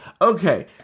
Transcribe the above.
Okay